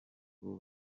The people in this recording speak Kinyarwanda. ubwo